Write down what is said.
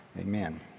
Amen